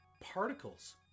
particles